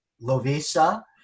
Lovisa